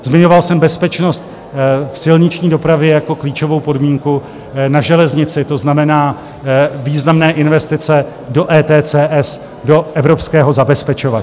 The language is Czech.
Zmiňoval jsem bezpečnost v silniční dopravě jako klíčovou podmínku, na železnici, to znamená významné investice do ETCS, do evropského zabezpečovače.